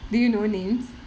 do you know names